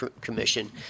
Commission